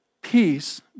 peace